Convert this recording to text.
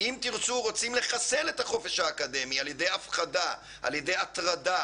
הם רוצים לחסל את החופש האקדמי על ידי הפחדה והטרדה.